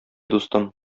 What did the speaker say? дустым